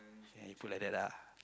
k you put like that lah